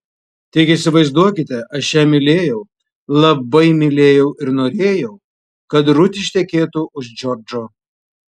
tik įsivaizduokite aš ją mylėjau labai mylėjau ir norėjau kad rut ištekėtų už džordžo